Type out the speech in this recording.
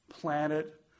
planet